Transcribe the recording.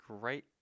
great